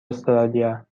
استرالیا